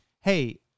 hey